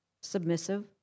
submissive